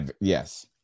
yes